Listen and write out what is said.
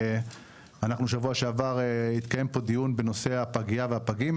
בשבוע שעבר התקיים פה דיון בנושא הפגייה והפגים